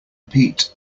peat